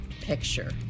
picture